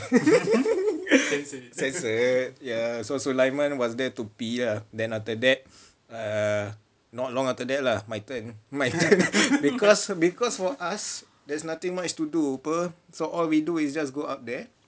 censored ya so sulaiman was there to pee lah then after that err not long after that lah my turn my turn because for us there's nothing much to do so all we do is go up there